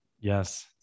Yes